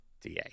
DA